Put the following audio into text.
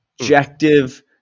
Objective